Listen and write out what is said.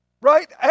right